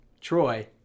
Troy